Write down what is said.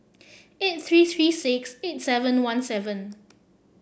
eight three three six eight seven one seven